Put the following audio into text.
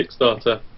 Kickstarter